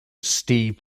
steve